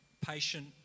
patient